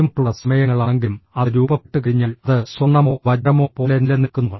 ബുദ്ധിമുട്ടുള്ള സമയങ്ങളാണെങ്കിലും അത് രൂപപ്പെട്ടുകഴിഞ്ഞാൽ അത് സ്വർണ്ണമോ വജ്രമോ പോലെ നിലനിൽക്കുന്നു